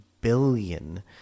billion